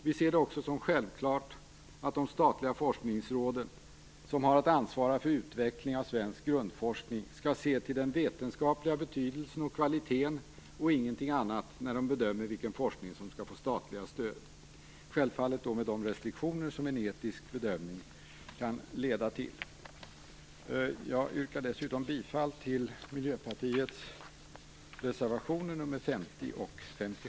Vi ser det också som självklart att de statliga forskningsråden, som har att ansvara för utvecklingen av svensk grundforskning, skall se till den vetenskapliga betydelsen och kvaliteten och ingenting annat när de bedömer vilken forskning som skall få statligt stöd - självfallet med de restriktioner som en etisk bedömning kan leda till. Jag yrkar bifall till Miljöpartiets reservationer 50